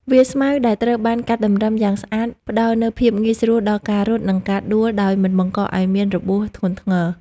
វាលស្មៅដែលត្រូវបានកាត់តម្រឹមយ៉ាងស្អាតផ្ដល់នូវភាពងាយស្រួលដល់ការរត់ និងការដួលដោយមិនបង្កឱ្យមានរបួសធ្ងន់ធ្ងរ។